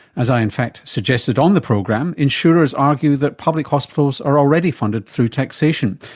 as i in fact suggested on the program, insurers argue that public hospitals are already funded through taxation,